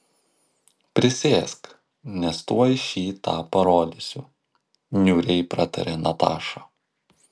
prisėsk nes tuoj šį tą parodysiu niūriai pratarė nataša